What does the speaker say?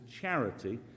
charity